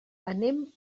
anem